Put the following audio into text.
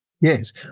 Yes